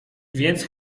więc